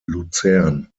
luzern